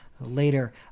later